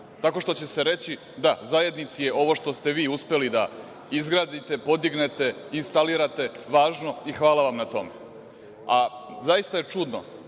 tako što će se reći – da, zajednici je ovo što ste vi uspeli da izgradite, podignete, instalirate važno i hvala vam na tome. Zaista je čudno